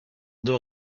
deux